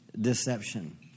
deception